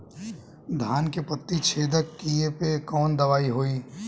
धान के पत्ती छेदक कियेपे कवन दवाई होई?